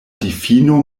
difino